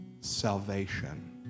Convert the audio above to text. Salvation